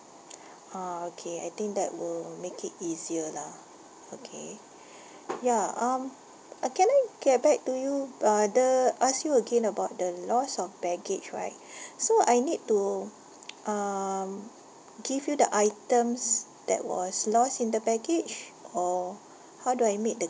ah okay I think that will make it easier lah okay ya um uh can I get back to you b~ other ask you again about the loss of baggage right so I need to um give you the items that was lost in the baggage or how do I make the